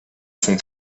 son